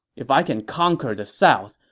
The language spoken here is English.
if i can conquer the south,